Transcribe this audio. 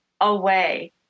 away